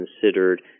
considered